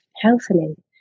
Healthily